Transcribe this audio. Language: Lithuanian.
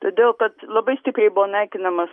todėl kad labai stipriai buvo naikinamas